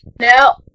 No